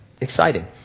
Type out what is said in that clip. exciting